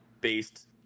based